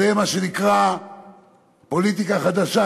זה מה שנקרא "פוליטיקה חדשה".